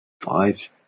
five